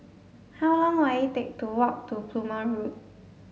how long will it take to walk to Plumer Road